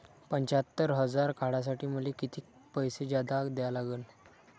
पंच्यात्तर हजार काढासाठी मले कितीक पैसे जादा द्या लागन?